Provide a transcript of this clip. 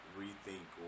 rethink